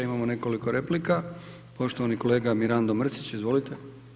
Imamo nekoliko replika, poštovani kolega Mirando Mrsić, izvolite.